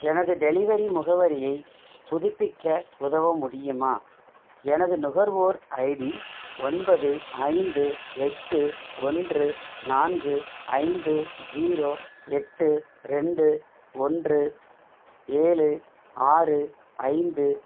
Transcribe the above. எனது டெலிவரி முகவரியை புதுப்பிக்க உதவ முடியுமா எனது நுகர்வோர் ஐடி ஒன்பது ஐந்து எட்டு ஒன்று நான்கு ஐந்து ஜீரோ எட்டு ரெண்டு ஒன்று ஏழு ஆறு ஐந்து